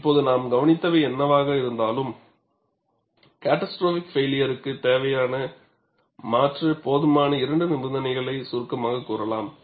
இப்போது நாம் கவனித்தவை எதுவாக இருந்தாலும் கேட்டாஸ்ட்ரோபிக் பைளியருக்கு தேவையான மற்றும் போதுமான இரண்டு நிபந்தனைகளாக சுருக்கமாகக் கூறலாம்